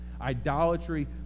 Idolatry